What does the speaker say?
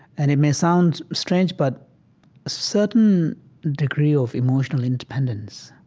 and it may sound strange, but certain degree of emotional independence